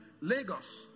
Lagos